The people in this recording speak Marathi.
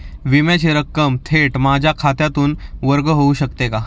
विम्याची रक्कम थेट माझ्या खात्यातून वर्ग होऊ शकते का?